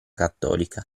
cattolica